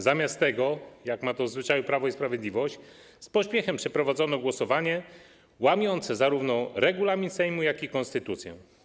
Zamiast tego, jak ma to w zwyczaju Prawo i Sprawiedliwość, z pośpiechem przeprowadzono głosowanie, łamiąc zarówno regulamin Sejmu, jak i konstytucję.